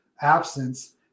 absence